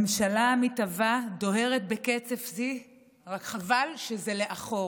רק חבל שזה לאחור,